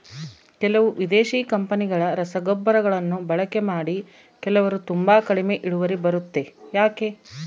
ಕೆಲವು ವಿದೇಶಿ ಕಂಪನಿಗಳ ರಸಗೊಬ್ಬರಗಳನ್ನು ಬಳಕೆ ಮಾಡಿ ಕೆಲವರು ತುಂಬಾ ಕಡಿಮೆ ಇಳುವರಿ ಬರುತ್ತೆ ಯಾಕೆ?